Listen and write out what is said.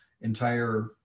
entire